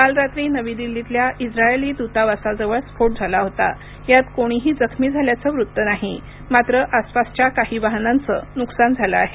काल रात्री नवी दिल्लीतल्या इस्राईली द्तावासाजवळ स्फोट झाला होता यात कोणीही जखमी झाल्याचं वृत्त नाही मात्र आसपासच्या काही वाहनांचं नुकसान झालं आहे